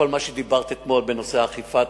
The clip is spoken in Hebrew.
כל מה שדיברת אתמול בנושא האכיפה,